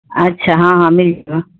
اچھا ہاں ہاں مل جائے گا